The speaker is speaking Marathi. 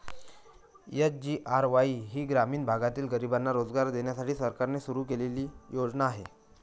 एस.जी.आर.वाई ही ग्रामीण भागातील गरिबांना रोजगार देण्यासाठी सरकारने सुरू केलेली योजना आहे